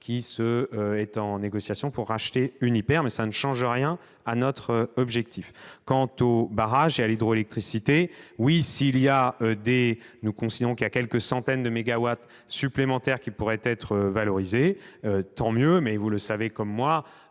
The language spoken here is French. qui est en négociation pour racheter Uniper. Cela ne change rien à notre objectif. Quant aux barrages et à l'hydroélectricité, oui, nous considérons que quelques centaines de mégawatts supplémentaires pourraient être valorisées. Tant mieux, mais, vous le savez comme moi,